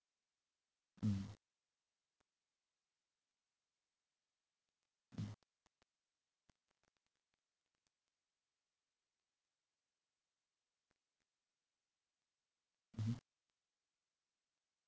mm mm mmhmm